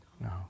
No